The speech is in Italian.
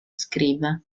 scrive